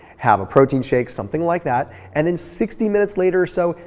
have a protein shake, something like that and in sixty minutes later or so,